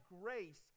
grace